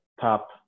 top